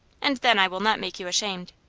and then i will not make you ashamed.